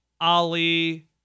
Ali